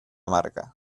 marca